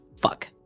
Fuck